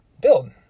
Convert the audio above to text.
build